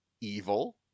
evil